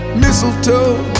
mistletoe